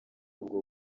ubwo